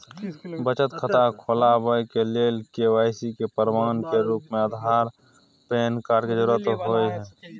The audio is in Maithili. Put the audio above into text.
बचत खाता खोलाबय के लेल के.वाइ.सी के प्रमाण के रूप में आधार आर पैन कार्ड के जरुरत होय हय